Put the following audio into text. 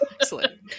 Excellent